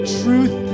truth